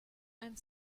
and